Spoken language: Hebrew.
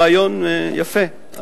רעיון יפה.